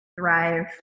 thrive